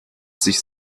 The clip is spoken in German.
sich